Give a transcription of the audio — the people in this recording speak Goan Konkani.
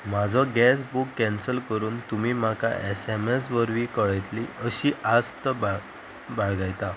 म्हाजो गॅस बूक कॅन्सल करून तुमी म्हाका एस एम एस वरवीं कळयतलीं अशी आस्त बाळ बाळगयतां